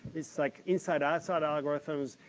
it's like inside outside algorithms.